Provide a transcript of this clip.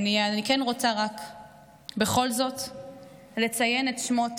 אני כן רוצה רק בכל זאת לציין את שמות